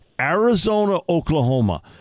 Arizona-Oklahoma